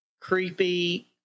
creepy